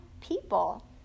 people